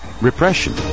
repression